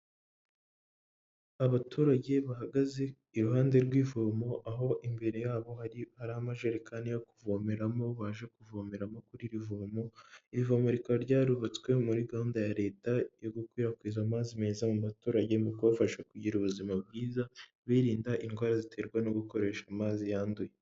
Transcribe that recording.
Abaturage bahagaze iruhande rw'ivomo, aho imbere yabo hari amajerekani yo kuvomeramo baje kuvomeremo kuri iri vomo. iri vomo rikaba ryarubatswe muri gahunda ya leta yo gukwirakwiza amazi meza mu baturage, mu kubafasha kugira ubuzima bwiza, birinda indwara ziterwa no gukoresha amazi yanduye.